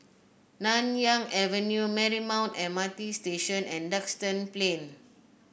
Nanyang Avenue Marymount M R T Station and Duxton Plain